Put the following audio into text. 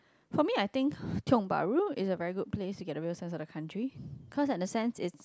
for me I think Tiong-Bahru is a very good place to get the real sense of the country because in a sense it's